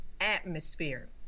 atmosphere